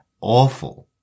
awful